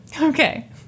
Okay